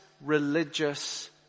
religious